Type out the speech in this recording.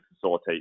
facilitate